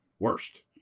worst